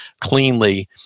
cleanly